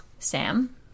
Sam